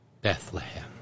Bethlehem